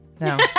No